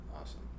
Awesome